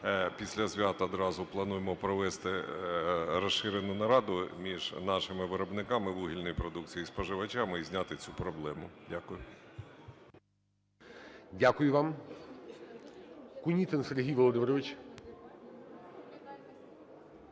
після свят одразу плануємо провести розширену нараду між нашими виробниками вугільної продукції і споживачами і зняти цю проблему. Дякую. ГОЛОВУЮЧИЙ.